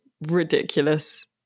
ridiculous